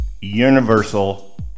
universal